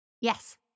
Yes